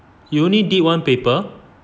you only did one paper